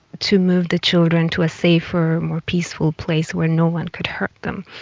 to move the children to a safer more peaceful place where no one could hurt them.